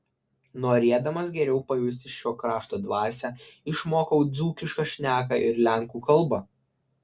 norėdamas geriau pajusti šio krašto dvasią išmokau dzūkišką šneką ir lenkų kalbą